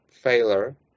failure